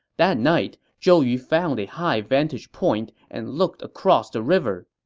that night, zhou yu found a high vantage point and looked across the river.